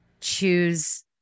Choose